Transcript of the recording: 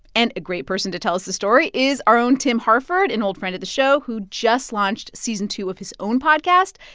and a great person to tell us the story is our own tim harford, an old friend of the show who just launched season two of his own podcast,